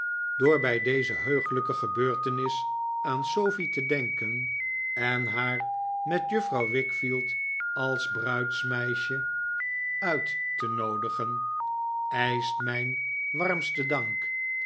door bij deze heuglijke gebeurtenis aan sofie te denken en haar met juffrouw wickfield als bruidsmeisje uit te noodigen eischt hiijn warmsten dank